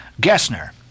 Gessner